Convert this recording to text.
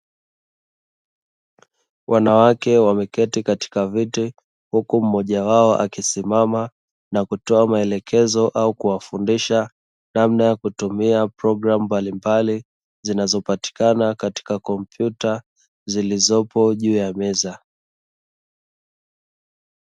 Wanawake wameketi katika viti huku mmoja wao akisimama na kutoa maelekezo au kuwafundisha namna ya kutumia programu mbalimbali, zinazopatikana katika kompyuta zilizopo juu ya meza.